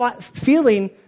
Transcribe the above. feeling